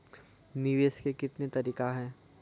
निवेश के कितने तरीका हैं?